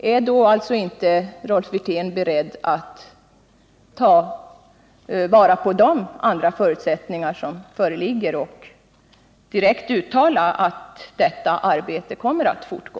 Är då inte Rolf Wirtén beredd att ta vara på de ändrade förutsättningar som föreligger och direkt uttala att detta arbete kommer att fortgå?